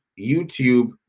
YouTube